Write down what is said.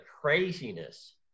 craziness